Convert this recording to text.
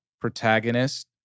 Protagonist